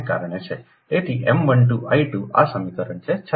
તેથી M 12 I 2 આ સમીકરણ છે 36